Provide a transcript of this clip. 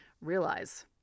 realize